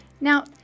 Now